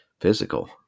physical